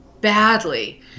badly